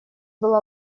была